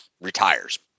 retires